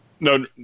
No